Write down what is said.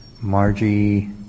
Margie